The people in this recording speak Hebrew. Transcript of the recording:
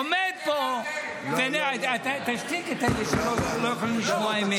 עומד פה ------ תשתיק את אלה שלא יכולים לשמוע אמת.